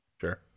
sure